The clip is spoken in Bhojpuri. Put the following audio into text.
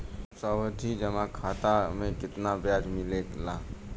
सावधि जमा खाता मे कितना ब्याज मिले ला?